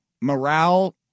morale